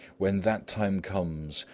when that time comes,